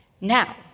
Now